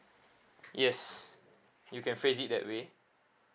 yes you can phrase it that way